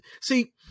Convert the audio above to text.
see